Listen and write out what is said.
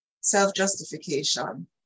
self-justification